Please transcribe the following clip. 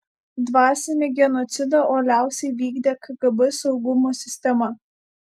dvasinį genocidą uoliausiai vykdė kgb saugumo sistema